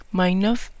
minus